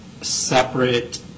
separate